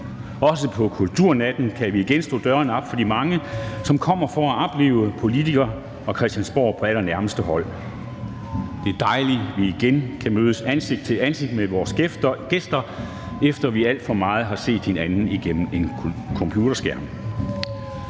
Også på kulturnatten kan vi igen slå dørene op for de mange, som kommer for at opleve politikere og Christiansborg på allernærmeste hold. Det er dejligt, at vi igen kan mødes ansigt til ansigt med vores gæster, efter at vi alt for meget har set hinanden igennem en computerskærm.